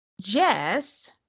Jess